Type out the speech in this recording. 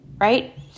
right